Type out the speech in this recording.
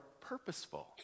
purposeful